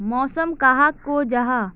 मौसम कहाक को जाहा?